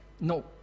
no